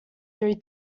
three